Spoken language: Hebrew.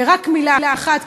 ורק מילה אחת,